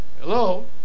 Hello